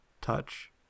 touch